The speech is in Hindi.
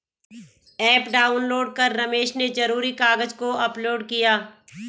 ऐप डाउनलोड कर रमेश ने ज़रूरी कागज़ को अपलोड किया